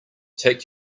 take